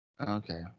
Okay